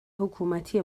حکومتی